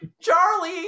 charlie